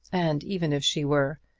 and even if she were!